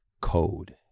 code